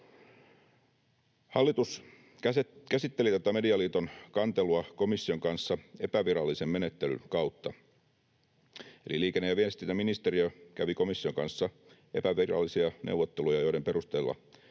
Hallitus käsitteli tätä Medialiiton kantelua komission kanssa epävirallisen menettelyn kautta, eli liikenne- ja viestintäministeriö kävi komission kanssa epävirallisia neuvotteluja, joiden perusteella